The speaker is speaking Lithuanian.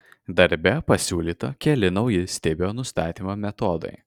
darbe pasiūlyta keli nauji stibio nustatymo metodai